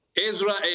Israel